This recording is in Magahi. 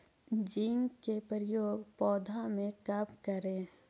जिंक के प्रयोग पौधा मे कब करे?